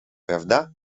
prawda